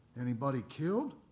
anybody killed?